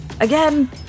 again